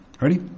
Ready